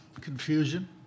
Confusion